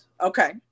Okay